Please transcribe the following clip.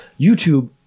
youtube